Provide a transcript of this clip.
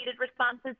responses